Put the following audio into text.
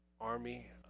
army